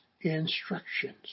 instructions